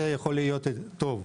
זה יכול להיות טוב.